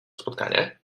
spotkanie